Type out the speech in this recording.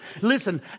listen